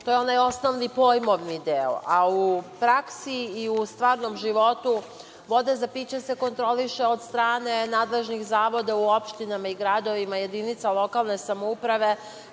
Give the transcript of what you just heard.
je onaj osnovni pojmovni deo. A u praksi i u stvarnom životu voda za piće se kontroliše od strane nadležnih zavoda u opštinama i gradovima jedinica lokalne samouprave